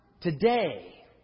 today